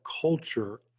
culture